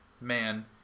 man